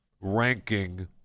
ranking